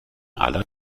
aller